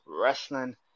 wrestling